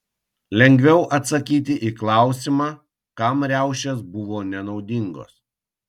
lengviau atsakyti į klausimą kam riaušės buvo nenaudingos